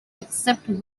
except